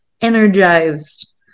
energized